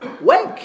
wake